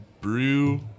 brew